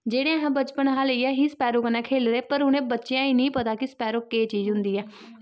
जेह्ड़े असें बचपन हा लेइयै ही स्पैरो कन्नै खेले दे पर उ'नें बच्चेआं नेईं पता कि स्पैरो केह् चीज होंदी ऐ